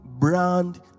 Brand